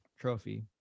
trophy